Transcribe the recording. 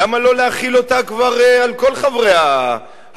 למה לא להחיל אותה כבר על כל חברי הכנסת?